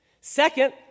Second